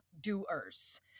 doers